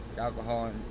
alcohol